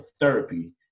therapy